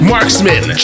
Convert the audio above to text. Marksman